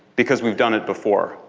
because we've done it before.